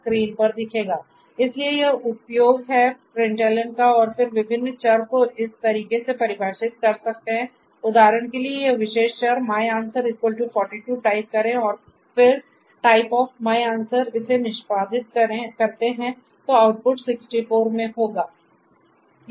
screen पर दिखेगा इसलिए यह उपयोग है println का और फिर विभिन्न चर को इस तरीके से परिभाषित कर सकते हैं उदाहरण के लिए यह विशेष चर my answer 42 टाइप करें और फिर typeof है